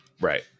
Right